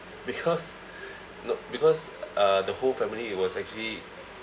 because no because uh the whole family it was actually